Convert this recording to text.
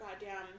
goddamn